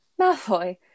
Malfoy